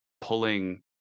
pulling